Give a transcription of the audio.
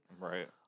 Right